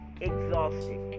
exhausted